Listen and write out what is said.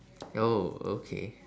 oh okay